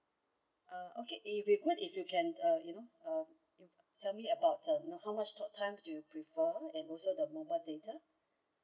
uh okay if you could if you can uh you know uh tell me about uh how much talk time do you prefer and also the mobile data